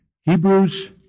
Hebrews